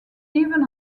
even